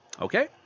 okay